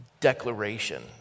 declaration